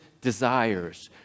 desires